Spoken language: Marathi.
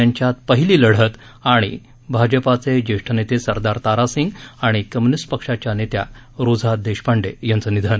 यांच्यात पहिली लढत भाजपाचे ज्येष्ठ नेते सरदार तारासिंह आणि कम्युनिस्ट पक्षाच्या नेत्या रोझा देशपांडे यांचं निधन